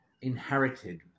inherited